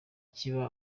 kiba